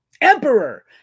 Emperor